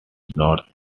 north